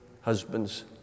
husbands